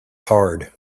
hard